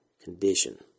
condition